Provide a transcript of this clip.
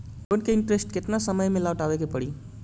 Loan के interest केतना समय में लौटावे के पड़ी?